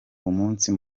umunsi